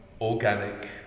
organic